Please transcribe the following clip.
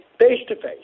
face-to-face